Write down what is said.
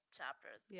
chapters